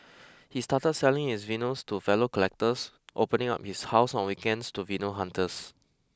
he started selling his vinyls to fellow collectors opening up his house on weekends to vinyl hunters